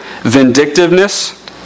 vindictiveness